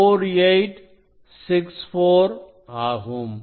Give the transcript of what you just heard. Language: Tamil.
4864 ஆகும்